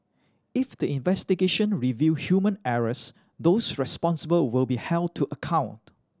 if the investigation reveal human errors those responsible will be held to account